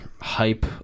hype